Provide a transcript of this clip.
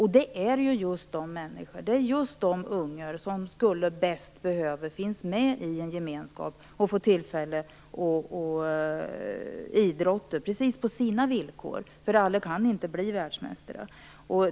Det är just de ungdomar som bäst skulle behöva vara med i en gemenskap och få tillfälle att idrotta på sina villkor - alla kan inte bli världsmästare.